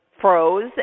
froze